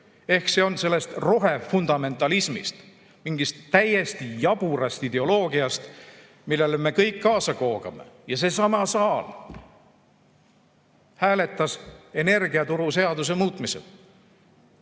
Ehk siis sellest rohefundamentalismist, mingist täiesti jaburast ideoloogiast, millele me kõik kaasa koogame. Ja seesama saal hääletas [elektri]turuseaduse muutmise